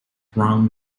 wrong